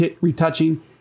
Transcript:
retouching